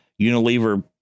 Unilever